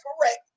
correct